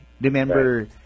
Remember